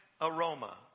aroma